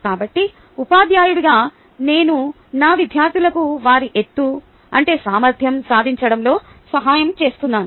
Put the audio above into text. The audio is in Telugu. కాబట్టి ఉపాధ్యాయుడిగా నేను నా విద్యార్థులకు వారి ఎత్తు అంటే సామర్ధ్యo సాధించడంలో సహాయం చేస్తున్నాను